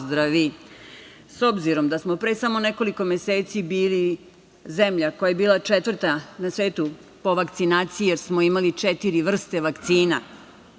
obzirom da smo pre samo nekoliko meseci bili zemlja koja je bila četvrta na svetu po vakcinaciji, jer smo imali četiri vrste vakcina,